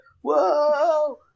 Whoa